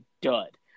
dud